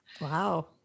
Wow